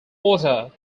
order